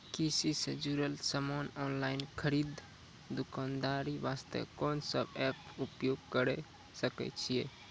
कृषि से जुड़ल समान ऑनलाइन खरीद दुकानदारी वास्ते कोंन सब एप्प उपयोग करें सकय छियै?